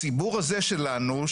הציבור הזה שלנו,